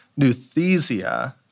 nuthesia